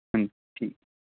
ਠੀਕ